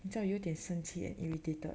你知道有点生气 and irritated